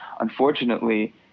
unfortunately